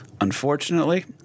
Unfortunately